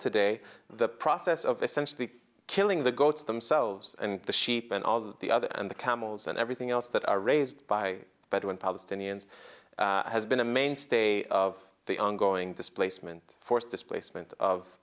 today the process of essentially killing the goats themselves and the sheep and all the other and the camels and everything else that are raised by bedouin palestinians has been a mainstay of the ongoing displacement force displacement of